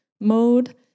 mode